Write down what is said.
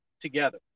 together